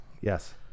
Yes